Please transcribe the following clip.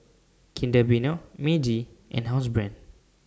Kinder Bueno Meiji and Housebrand